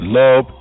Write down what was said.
love